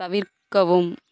தவிர்க்கவும்